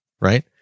right